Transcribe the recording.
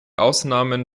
ausnahmen